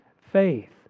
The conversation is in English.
Faith